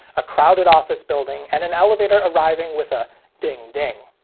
a crowded office building, and an elevator arriving with a ding ding.